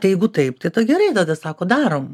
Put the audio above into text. tai jeigu taip tai tada gerai tada sako darom